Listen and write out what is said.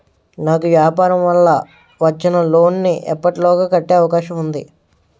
నాకు వ్యాపార వల్ల వచ్చిన లోన్ నీ ఎప్పటిలోగా కట్టే అవకాశం ఉంది?